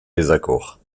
désaccord